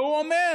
והוא אומר